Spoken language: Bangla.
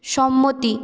সম্মতি